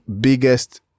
biggest